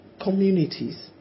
communities